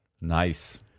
Nice